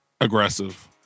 aggressive